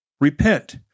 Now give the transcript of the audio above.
Repent